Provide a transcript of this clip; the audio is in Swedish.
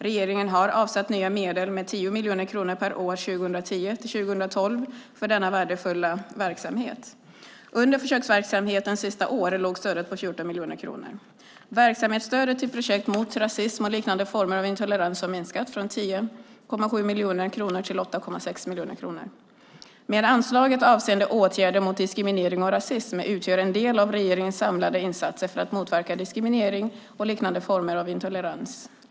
Regeringen har avsatt nya medel med 10 miljoner kronor per år 2010-2012 för denna värdefulla verksamhet. Under försöksverksamhetens sista år låg stödet på 14 miljoner kronor. Verksamhetsstödet till projekt mot rasism och liknande former av intolerans har minskat från 10,7 miljoner kronor till 8,6 miljoner kronor. Men anslaget avseende åtgärder mot diskriminering och rasism utgör en del av regeringens samlade insatser för att motverka diskriminering och liknande former av intolerans.